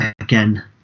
Again